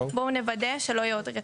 בואו נוודא שלא יהיה עוד רצח.